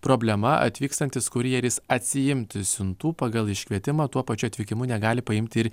problema atvykstantis kurjeris atsiimti siuntų pagal iškvietimą tuo pačiu atvykimu negali paimti ir